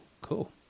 Cool